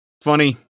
funny